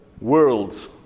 worlds